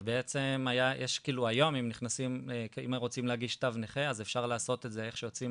ובעצם היום אם רוצים להגיש תו נכה אז אפשר לעשות את זה איך שיוצאים